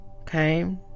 okay